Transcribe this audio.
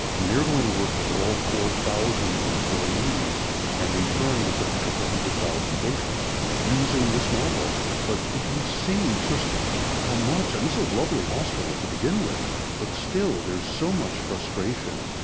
and they're going to work with all four thousand employees and, in turn, with a couple hundred thousand patients using this model but we see just how much and this was a lovely hospital to begin with but still, there's so much frustration,